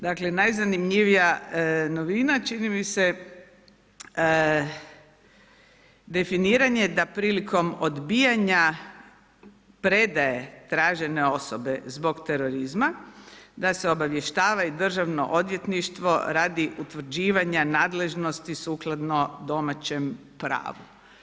Dakle najzanimljivija novina čini mi se definiranje da prilikom odbijanja predaje tražene osobe zbog terorizma, da se obavještava Državno odvjetništvo radi utvrđivanja nadležnosti sukladno domaćem pravu.